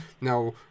now